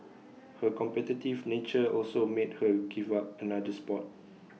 her competitive nature also made her give up another Sport